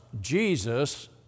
Jesus